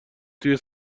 توی